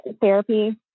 therapy